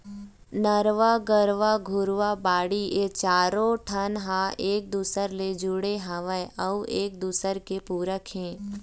नरूवा, गरूवा, घुरूवा, बाड़ी ए चारों ठन ह एक दूसर ले जुड़े हवय अउ एक दूसरे के पूरक हे